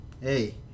hey